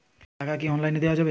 টাকা কি অনলাইনে দেওয়া যাবে?